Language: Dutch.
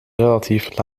relatief